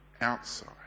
outside